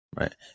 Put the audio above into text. right